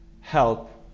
help